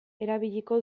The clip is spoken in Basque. erabiliko